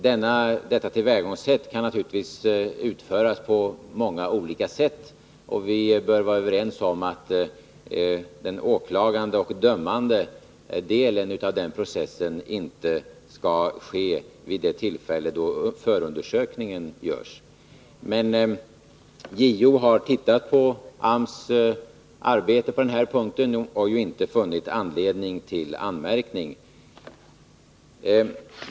Denna uppgift kan naturligtvis fullgöras på många olika sätt, och vi bör vara överens om att den åklagande och dömande delen av den här processen inte skall ske vid det tillfälle då förundersökningen görs. Men JO har granskat AMS arbete på den här punkten och inte funnit anledning till anmärkning.